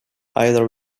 either